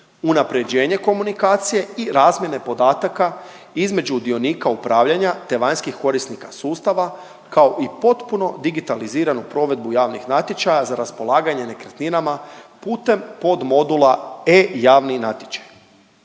unapređenje komunikacije i razmjene podataka između dionika upravljanja, te vanjskih korisnika sustava kao i potpuno digitaliziranu provedbu javnih natječaja za raspolaganje nekretninama putem podmodula E javni natječaj.